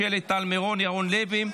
שלי טלי מירון וירון לוי,